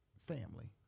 family